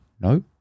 No